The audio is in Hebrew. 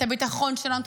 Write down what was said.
את הביטחון שלנו,